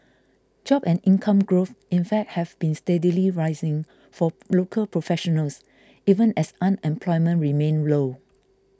job and income growth in fact have been steadily rising for local professionals even as unemployment remained low